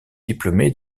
diplômé